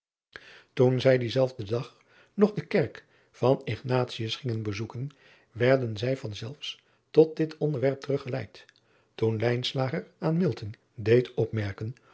oen zij dienzelfden dag nog de kerk van gnatius gingen bezoeken werden zij van zelfs tot dit onderwerp teruggeleid toen aan deed opmerken